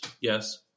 yes